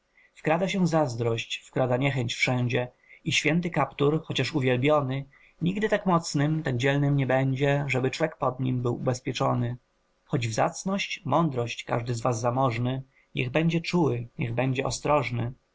wkrada się zazdrość wkrada niechęć wszędzie i święty kaptur chociaż uwielbiony nigdy tak mocnym tak dzielnym nie będzie żeby człek pod nim był ubezpieczony choć w zacność mądrość każdy z was zamożny niech będzie czuły niech będzie ostrożny